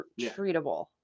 treatable